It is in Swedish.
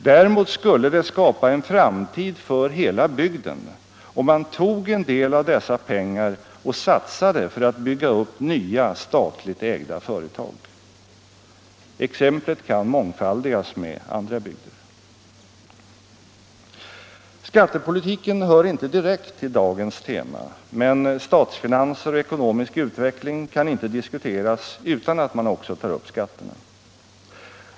Däremot skulle det skapa en framtid för hela bygden om man tog en del av dessa pengar och satsade för att bygga upp nya statligt ägda företag. Exemplet kan mångfaldigas med andra bygder. Skattepolitiken hör inte direkt till dagens tema, men statsfinanser och ekonomisk utveckling kan inte diskuteras utan att man också tar upp skatterna.